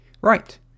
Right